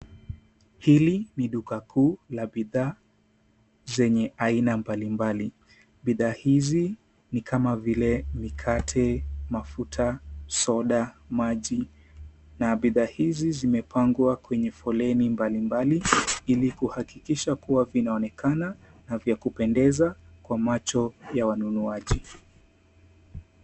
Hili ni duka kuu la bidhaa zenye aina mbali mbali. Bidhaa hizi ni kama vile, mikate, mafuta, soda, maji, na bidhaa hizi zimepangwa kwenye foleni mbali mbali, ili kuhakikisha kua vinaonekana na vya kupendeza kwa macho ya wanunuaji.